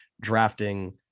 drafting